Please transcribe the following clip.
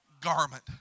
garment